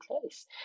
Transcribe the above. place